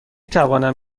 توانم